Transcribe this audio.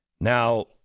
Now